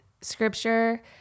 Scripture